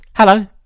Hello